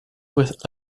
with